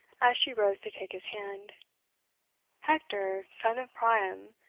as she rose to take his hand hector, son of priam,